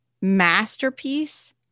masterpiece